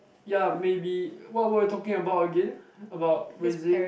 ya maybe what were we talking about again about raising